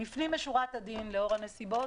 לפנים משורת הדין לאור הנסיבות